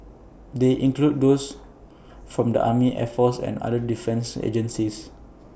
they include those from the army air force and other defence agencies